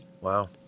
Wow